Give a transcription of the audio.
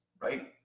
Right